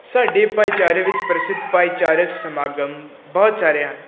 ਸਾਡੇ ਭਾਈਚਾਰੇ ਵਿੱਚ ਪ੍ਰਸਿੱਧ ਭਾਈਚਾਰਕ ਸਮਾਗਮ ਬਹੁਤ ਸਾਰੇ ਆ